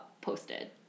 posted